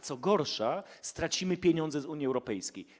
Co gorsza, stracimy pieniądze z Unii Europejskiej.